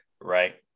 right